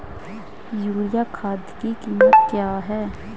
Urea खाद की कीमत क्या है?